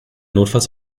notfalls